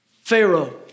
Pharaoh